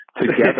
together